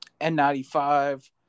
N95